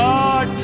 Lord